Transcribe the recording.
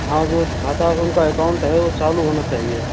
हाँ जो खाता उनका अकाउंट है वो चालू होना चाहिए